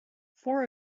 four